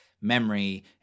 memory